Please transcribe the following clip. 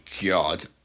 God